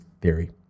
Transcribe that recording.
theory